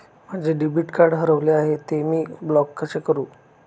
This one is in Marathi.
माझे डेबिट कार्ड हरविले आहे, ते मी ब्लॉक कसे करु?